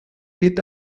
wird